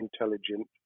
intelligent